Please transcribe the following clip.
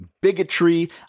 bigotry